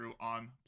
on